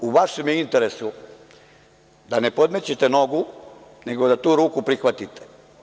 U vašem je interesu da ne podmećete nogu, nego da tu ruku prihvatite.